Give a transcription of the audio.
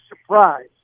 surprise